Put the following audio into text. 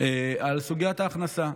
על סוגיית ההכנסה.